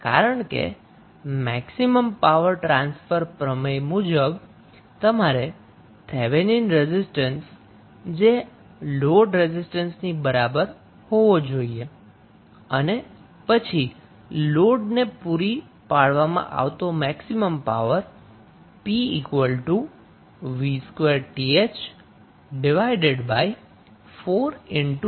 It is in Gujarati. કારણ કે મેક્સિમમ પાવર ટ્રાન્સફર પ્રમેય મુજબ તમારે થેવેનિન રેઝિસ્ટન્સ કે જે લોડ રેઝિસ્ટન્સની બરાબર હોવી જોઈએ અને પછી લોડને પુરી પાડવામાં આવતી મેક્સિમમ પાવર p VTh24RTh હોવી જોઈએ